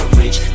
rich